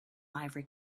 ivory